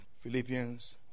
Philippians